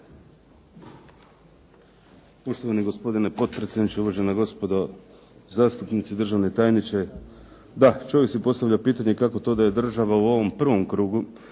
Poštovani gospodine potpredsjedniče, uvažena gospodo zastupnici, državni tajniče. Da, čovjek si postavlja pitanje kako to da je država u ovom prvom krugu